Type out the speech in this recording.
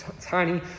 tiny